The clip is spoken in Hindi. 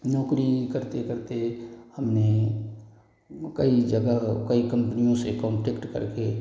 नौकरी करते करते हमने कई जगह कई कम्पनियों से कॉन्टैक्ट करके